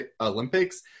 Olympics